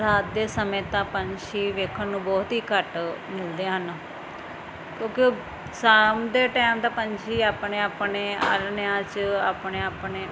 ਰਾਤ ਦੇ ਸਮੇਂ ਤਾਂ ਪੰਛੀ ਵੇਖਣ ਨੂੰ ਬਹੁਤ ਹੀ ਘੱਟ ਮਿਲਦੇ ਹਨ ਕਿਉਂਕਿ ਉਹ ਸ਼ਾਮ ਦੇ ਟੈਮ ਤਾਂ ਪੰਛੀ ਆਪਣੇ ਆਪਣੇ ਆਲ੍ਹਣਿਆਂ 'ਚ ਆਪਣੇ ਆਪਣੇ